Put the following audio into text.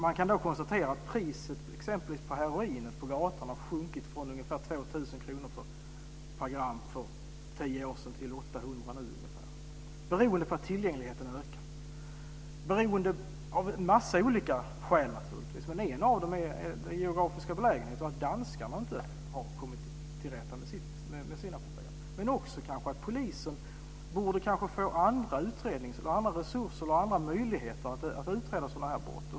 Man kan konstatera att på gatan har priset på heroin sjunkit från ungefär 2 000 kr för ett par gram för tio år sedan till ungefär 800 kr. Det beror på att tillgängligheten har ökat. Det i sin tur beror bl.a. på det geografiska läget och att danskarna inte har kommit till rätta med sina problem. Polisen kanske borde få andra möjligheter att utreda sådana här brott.